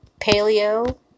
paleo